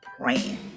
praying